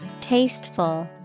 Tasteful